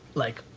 like,